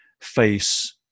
face